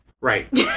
Right